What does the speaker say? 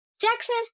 Jackson